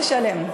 תשלם.